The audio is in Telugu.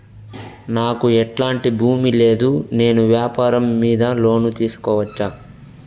నాకు ఎట్లాంటి భూమి లేదు నేను వ్యాపారం మీద లోను తీసుకోవచ్చా?